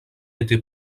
été